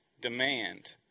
demand